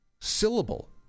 syllable